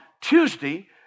Tuesday